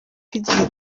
igihe